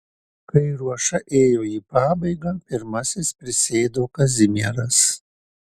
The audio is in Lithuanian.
kai ruoša ėjo į pabaigą pirmasis prisėdo kazimieras